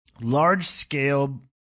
large-scale